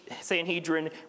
Sanhedrin